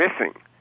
missing